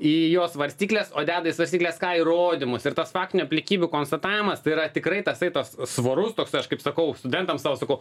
į jos svarstykles o deda į svarstykles ką įrodymus ir tas faktinių aplinkybių konstatavimas tai yra tikrai tasai tas svarus toksai aš kaip sakau studentam savo sakau